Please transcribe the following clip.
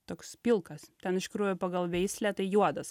toks pilkas ten iš tikrųjų pagal veislę tai juodas